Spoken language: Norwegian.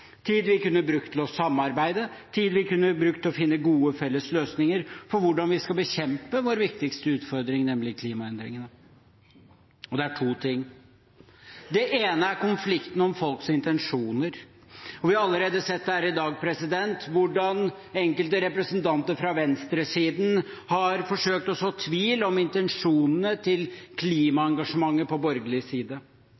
tid, tid vi kunne brukt til å samarbeide, tid vi kunne brukt til å finne gode felles løsninger for hvordan vi skal bekjempe vår viktigste utfordring, nemlig klimaendringene. Jeg vil nevne to ting. Det ene er konflikten om folks intensjoner. Vi har allerede sett her i dag hvordan enkelte representanter fra venstresiden har forsøkt å så tvil om intensjonene til